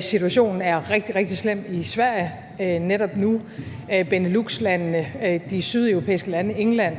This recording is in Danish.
situationen er rigtig, rigtig slem i Sverige netop nu; Beneluxlandene, de sydeuropæiske lande, England